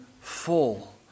full